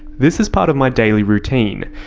this is part of my daily routine,